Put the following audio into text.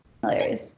hilarious